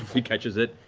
he catches it,